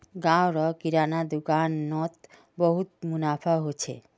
गांव र किराना दुकान नोत बहुत मुनाफा हो छे